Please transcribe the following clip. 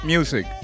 Music